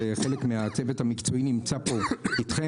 וחלק מהצוות המקצועי נמצא פה איתכם